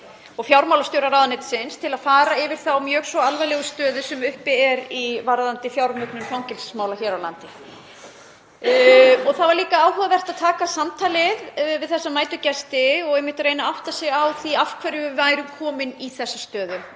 í fjárlaganefnd til að fara yfir þá mjög svo alvarlegu stöðu sem uppi er varðandi fjármögnun fangelsismála hér á landi. Það var líka áhugavert að taka samtal við þessa mætu gesti og reyna að átta sig á því af hverju við erum komin í þessa stöðu.